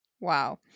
wow